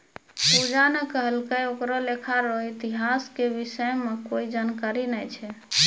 पूजा ने कहलकै ओकरा लेखा रो इतिहास के विषय म कोई जानकारी नय छै